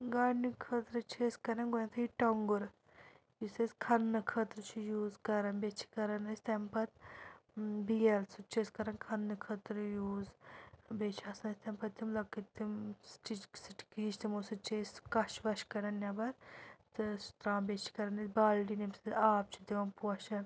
gardening خٲطرٕ چھِ أسۍ کَران گۄڈٕنیٚتھٕے ٹۄنٛگُر یُس أسۍ کھَننہٕ خٲطرٕ چھِ یوٗز کَران بیٚیہِ چھِ کَران أسۍ تَمہِ پَتہٕ بیل سُہ تہِ چھِ أسۍ کَران کھَننہٕ خٲطرٕ یوٗز بیٚیہِ چھِ آسان یتھ تَمہِ پَتہٕ تِم لَکٕٹۍ تِم سٹچ سٹِکہٕ ہِش تِمو سۭتۍ چھِ أسۍ سُہ کَچھ وَچھ کَڑان نیٚبَر تہٕ سُہ ترٛاوان بیٚیہِ چھِ کَران أسۍ بالٹیٖن ییٚمہِ سۭتۍ أسۍ آب چھِ دِوان پوشَن